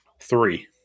three